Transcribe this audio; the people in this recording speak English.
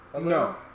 No